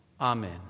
Amen